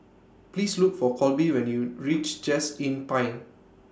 Please Look For Colby when YOU REACH Just Inn Pine